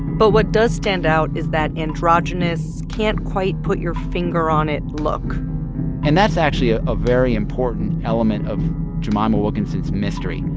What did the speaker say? but what does stand out is that androgynous, can't-quite-put-your-finger-on-it look and that's actually a ah very important element of jemima wilkinson's mystery.